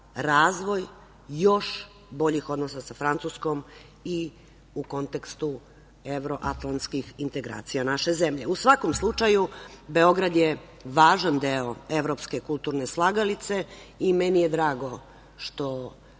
razvoj još boljih odnosa sa Francuskom i u kontekstu evroatlantskih integracija naše zemlje.U svakom slučaju, Beograd je važan deo evropske kulturne slagalice i meni je drago što